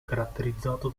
caratterizzato